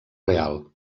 real